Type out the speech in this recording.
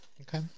Okay